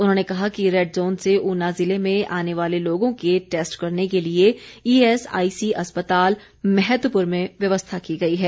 उन्होंने कहा कि रैडजोन से ऊना ज़िले में आने वाले लोगों के टैस्ट करने के लिए ईएसआईसी अस्पताल मैहतपुर में व्यवस्था की गई है